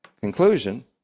conclusion